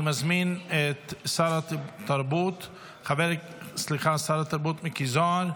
אני מזמין את שר התרבות מיקי זוהר,